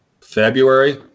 February